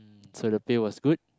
so the pay was good